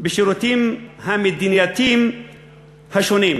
בשירותים המדינתיים השונים.